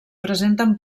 presenten